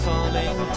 Falling